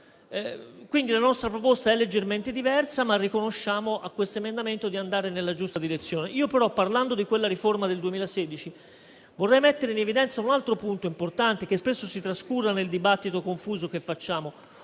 Quindi, la nostra proposta è leggermente diversa, ma riconosciamo a questo emendamento di andare nella giusta direzione. Io, però, parlando della riforma del 2016, vorrei mettere in evidenza un altro punto importante, che spesso si trascura nel dibattito confuso che facciamo.